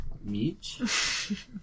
meat